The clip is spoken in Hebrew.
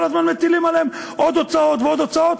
וכל הזמן מטילים עליהם עוד הוצאות ועוד הוצאות.